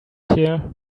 here